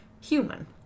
human